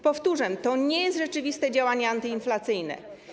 Powtórzę: to nie jest rzeczywiste działanie antyinflacyjne.